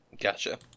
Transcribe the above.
Gotcha